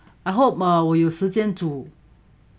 ya I hope uh 我有时间煮